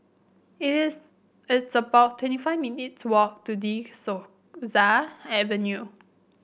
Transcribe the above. is it's about twenty five minutes' walk to De Souza Avenue